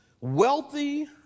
wealthy